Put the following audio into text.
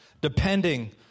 depending